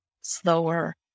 slower